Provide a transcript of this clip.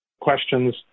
questions